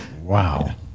wow